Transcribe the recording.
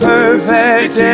Perfect